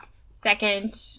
second